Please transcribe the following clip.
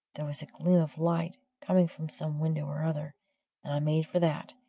there was a gleam of light, coming from some window or other, and i made for that,